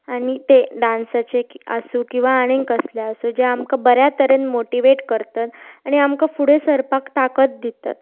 आनी तें डांसाचे आसूं किंवां आनीक कसलें आसूं जे आमकां बऱ्या तरेन मोटीवेट करतात आनी आमकां फुडें सरपाक ताकत दितात